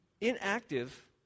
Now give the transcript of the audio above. inactive